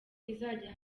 izajya